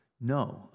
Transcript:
No